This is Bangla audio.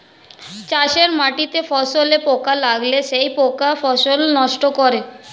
চাষের মাটিতে ফসলে পোকা লাগলে সেই পোকা ফসল নষ্ট করে